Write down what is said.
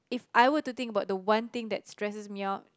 I were to think about the one thing that stresses me out